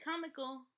comical